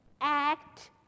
act